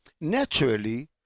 naturally